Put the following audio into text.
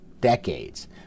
decades